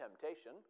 temptation